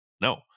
no